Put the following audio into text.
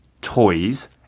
toys